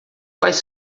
quais